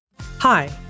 Hi